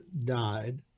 died